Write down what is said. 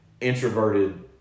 introverted